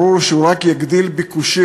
ברור שהוא רק יגדיל ביקושים,